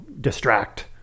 distract